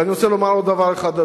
ואני רוצה לומר עוד דבר אחד,